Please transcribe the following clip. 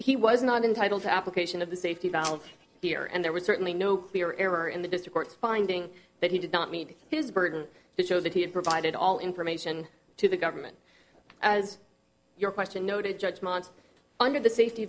he was not entitled to application of the safety valve here and there was certainly no clear error in the district finding that he did not meet his burden to show that he had provided all information to the government as your question noted judgment under the safety